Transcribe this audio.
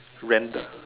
rent ah